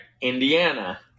Indiana